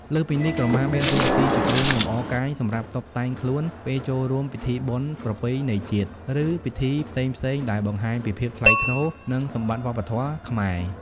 លើសពីនេះ ក្រមាមានតួនាទីជា គ្រឿងលម្អកាយ សម្រាប់តុបតែងខ្លួនពេលចូលរួមពិធីបុណ្យប្រពៃណីជាតិ ឬពិធីផ្សេងៗ ដែលបង្ហាញពីភាពថ្លៃថ្នូរ និងសម្បត្តិវប្បធម៌ខ្មែរ។